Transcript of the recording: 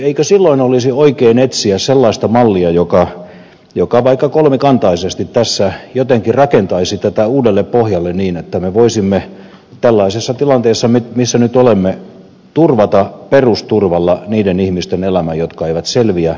eikö silloin olisi oikein etsiä sellaista mallia joka vaikka kolmikantaisesti tässä jotenkin rakentaisi tätä uudelle pohjalle niin että me voisimme tällaisessa tilanteessa missä nyt olemme turvata perusturvalla niiden ihmisten elämän jotka eivät selviä